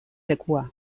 lekua